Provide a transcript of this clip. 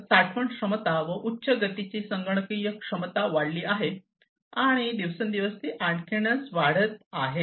तर साठवण क्षमता व उच्च गतीची संगणकीय क्षमता वाढली आहे आणि दिवसेंदिवस ती आणखीनच वाढत आहे